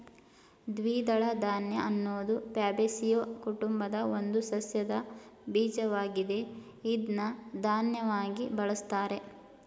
ದ್ವಿದಳ ಧಾನ್ಯ ಅನ್ನೋದು ಫ್ಯಾಬೇಸಿಯೊ ಕುಟುಂಬದ ಒಂದು ಸಸ್ಯದ ಬೀಜವಾಗಿದೆ ಇದ್ನ ಧಾನ್ಯವಾಗಿ ಬಳುಸ್ತಾರೆ